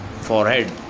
forehead